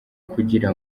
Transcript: kugira